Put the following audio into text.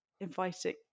inviting